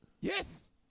Yes